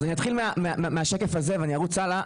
(הצגת מצגת) אני אתחיל מהשקף הזה ואני ארוץ הלאה.